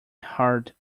herd